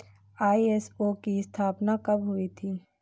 ISO की स्थापना कब हुई थी?